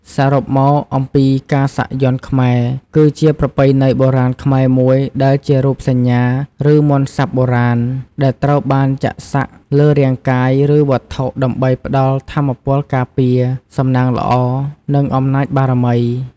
សរុបមកអំពីការសាក់យ័ន្តខ្មែរ គឺជាប្រពៃណីបុរាណខ្មែរមួយដែលជារូបសញ្ញា ឬមន្តសព្ទបុរាណ ដែលត្រូវបានចាក់សាក់លើរាងកាយ ឬវត្ថុ ដើម្បីផ្ដល់ថាមពលការពារ សំណាងល្អ និងអំណាចបារមី។